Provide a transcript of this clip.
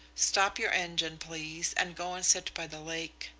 stop your engine, please, and go and sit by the lake